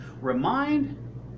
remind